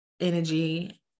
energy